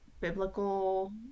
biblical